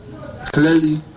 clearly